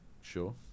sure